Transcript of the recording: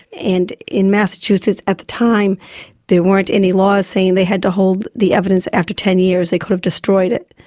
and in massachusetts at the time there weren't any laws saying they had to hold the evidence after ten years, they could have destroyed it.